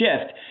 shift